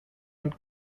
und